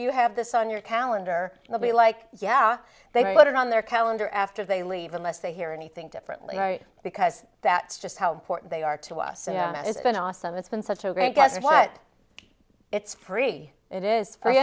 you have this on your calendar you'll be like yeah they put it on their calendar after they leave unless they hear anything differently because that's just how important they are to us and it's been awesome it's been such a great guess what it's free it is free